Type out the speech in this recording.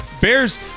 Bears